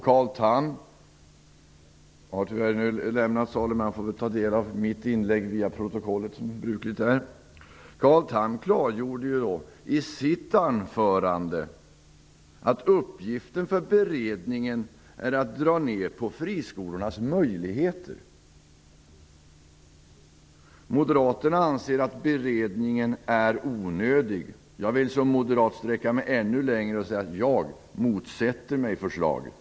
Carl Tham har tyvärr lämnat salen. Han får väl ta del av mitt inlägg via protokollet, som brukligt är. Carl Tham klargjorde i sitt anförande att uppgiften för beredningen är att dra ner på friskolornas möjligheter. Moderaterna anser att beredningen är onödig. Jag vill som moderat sträcka mig ännu längre och säga att jag motsätter mig förslaget.